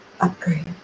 upgrade